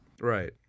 Right